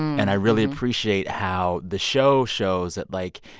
and i really appreciate how the show shows that, like,